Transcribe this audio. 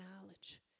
knowledge